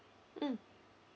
mm